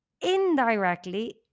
indirectly